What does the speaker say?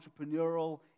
entrepreneurial